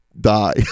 die